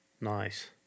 Nice